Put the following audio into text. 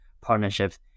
partnerships